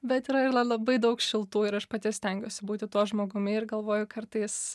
bet yra ir la labai daug šiltų ir aš pati stengiuosi būti tuo žmogumi ir galvoju kartais